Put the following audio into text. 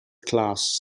class